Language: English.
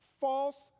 false